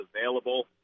available